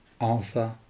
Arthur